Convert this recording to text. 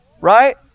Right